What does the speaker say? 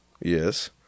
Yes